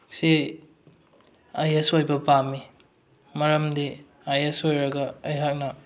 ꯁꯤ I S ꯑꯣꯏꯕ ꯄꯥꯝꯃꯤ ꯃꯔꯝꯗꯤ ꯑꯥꯏ ꯑꯦꯁ ꯑꯣꯏꯔꯒ ꯑꯩꯍꯥꯛꯅ